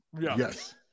Yes